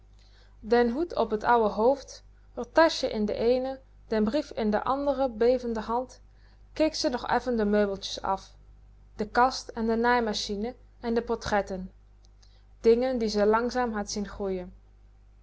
den hoed op t ouwe hoofd r taschje in de eene den brief in de andere bevende hand keek ze nog effen de meubeltjes af de kast en de naaimachine en de portretten dingen die ze langzaam had zien groeien